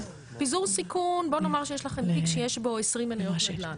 פיזור סיכון בוא נאמר שיש לכם תיק שיש בו 20 מניות נדל"ן,